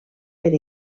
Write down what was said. per